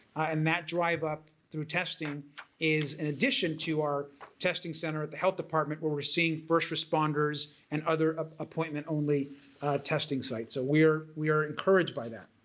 and that drive up through testing is in addition to our testing center at the health department where we're seeing first responders and other ah appointment-only testing sites ah so we are encouraged by that.